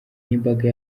n’imbaga